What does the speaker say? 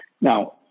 Now